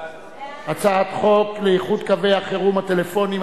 הצעת חוק לאיחוד קווי החירום הטלפוניים,